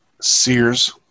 Sears